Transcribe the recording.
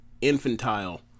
infantile